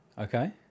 Okay